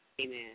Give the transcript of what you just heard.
Amen